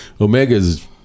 Omega's